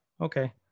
okay